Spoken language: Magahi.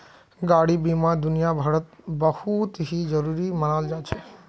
गाडी बीमा दुनियाभरत बहुत ही जरूरी मनाल जा छे